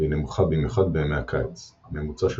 והיא נמוכה במיוחד בימי הקיץ – ממוצע של